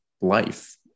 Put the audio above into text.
life